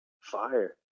fire